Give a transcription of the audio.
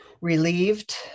relieved